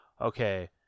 okay